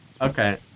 Okay